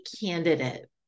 candidate